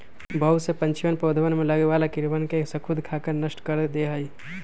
बहुत से पक्षीअन पौधवन में लगे वाला कीड़वन के स्खुद खाकर नष्ट कर दे हई